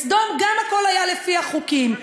בסדום גם הכול היה לפי החוקים.